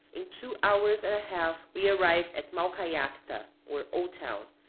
in two hours and a half we arrive at maucallacta, or old town,